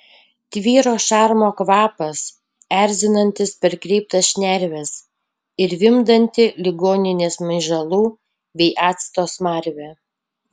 tvyro šarmo kvapas erzinantis perkreiptas šnerves ir vimdanti ligoninės myžalų bei acto smarvė